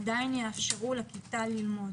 עדיין יאפשרו לכיתה ללמוד.